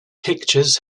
pictures